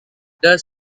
does